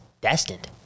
destined